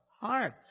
heart